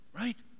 Right